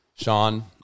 Sean